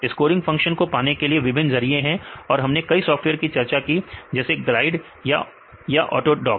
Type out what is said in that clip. scoring function को पाने के लिए विभिन्न जरिए हैं और हमने कई सॉफ्टवेयर की चर्चा की जैसे ग्लाइड या ऑटोडॉक